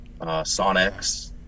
Sonics